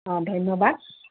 অঁ ধন্যবাদ